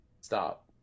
stop